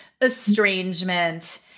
estrangement